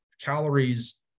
calories